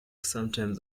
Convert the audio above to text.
sometimes